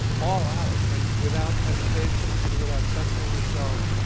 all-out and without hesitation and without censoring yourself,